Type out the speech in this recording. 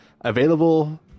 available